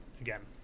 again